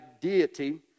deity